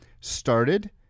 started